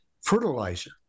fertilizer